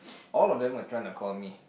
all of them were trying to call me